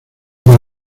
para